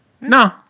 no